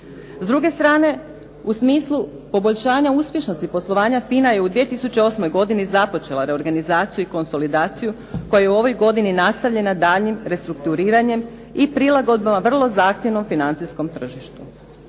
S druge strane u smislu poboljšanja uspješnosti poslovanja FINA je u 2008. godini započela reorganizaciju i konsolidaciju koja je u ovoj godini nastavljena daljnjim restrukturiranjem i prilagodbama vrlo zahtjevnom financijskom tržištu.